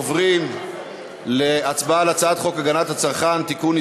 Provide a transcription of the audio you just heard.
אנחנו עוברים להצבעה על הצעת חוק הגנת הצרכן (תיקון,